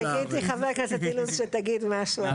חיכיתי, חבר הכנסת אילוז, שתגיד משהו.